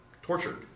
tortured